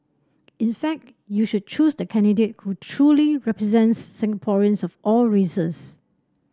in fact you should choose the candidate who truly represents Singaporeans of all races